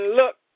look